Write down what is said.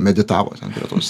meditavo ten prie tos